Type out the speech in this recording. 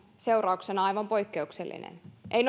seurauksena aivan poikkeuksellinen ei